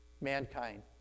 mankind